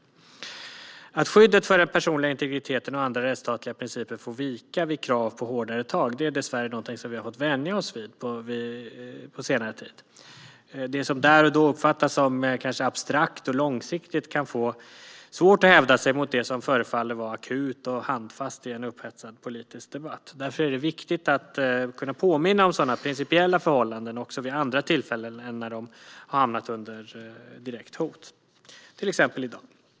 Att skyddet för den personliga integriteten och andra rättsstatliga principer får vika vid krav på hårdare tag är dessvärre någonting som vi har fått vänja oss vid på senare tid. Det som där och då uppfattas som abstrakt och långsiktigt kan få svårt att hävda sig mot det som förefaller vara akut och handfast i en upphetsad politisk debatt. Därför är det viktigt att kunna påminna om sådana principiella förhållanden också vid andra tillfällen än när de hamnar under direkt hot, till exempel i dag.